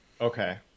Okay